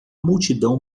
multidão